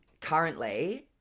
currently